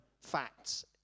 facts